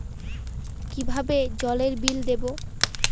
কিভাবে জলের বিল দেবো?